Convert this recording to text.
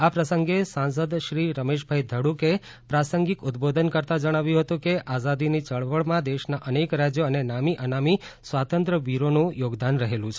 આ પ્રસંગે સાંસદ શ્રી રમેશભાઇ ધડુકે પ્રાસંગિક ઉદ્દબોધન કરતા જણાવ્યું હતું કે આઝાદીની ચળવળમાં દેશના અનેક રાજયો અને નામી અનામી સ્વાતંત્ર્ય વીરોનું યોગદાન રહેલું છે